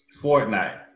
Fortnite